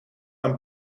aan